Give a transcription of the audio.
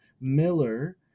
Miller